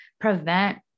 prevent